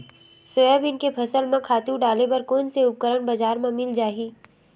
Soybean के फसल म खातु डाले बर कोन से उपकरण बजार म मिल जाहि?